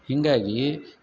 ಹೀಗಾಗಿ